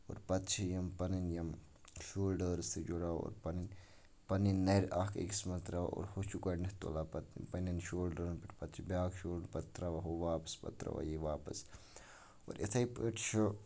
اور پَتہٕ چھِ یِم پَنٕںۍ یِم شولڈٲرٕس تہِ جُڑاوان اور پَنٕنۍ یِم پَنٕنۍ نَرِ اکھ أکِس منٛز تراوان اور ہُہ چھُ گۄڈٕنیٚتھ تُلان پَتہٕ پَنٕنٮ۪ن شولڈرن پٮ۪ٹھ پَتہٕ چھُ بیٛاکھ شولڈر پَتہٕ چھُ تراوان ہُہ واپَس پَتہٕ تراوان یہِ واپس اور یِتھٕے پٲٹھۍ چھُ